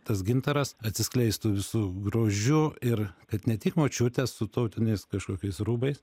tas gintaras atsiskleistų visu grožiu ir kad ne tik močiutė su tautiniais kažkokiais rūbais